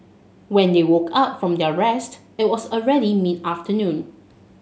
when they woke up from their rest it was already mid afternoon